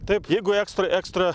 taip jeigu ekstra ekstra